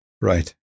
Right